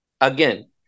again